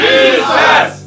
Jesus